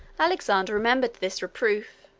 alexander remembered this reproof,